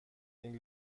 این